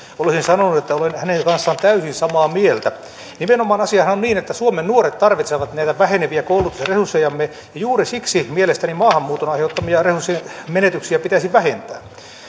olisin sanonut että olen hänen kanssaan täysin samaa mieltä nimenomaan asiahan on niin että suomen nuoret tarvitsevat näitä väheneviä koulutusresurssejamme ja juuri siksi mielestäni maahanmuuton aiheuttamia resurssimenetyksiä pitäisi vähentää